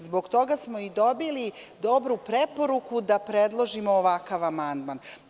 Zbog toga smo i dobili dobru preporuku da predložimo ovakav amandman.